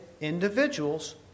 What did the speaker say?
individuals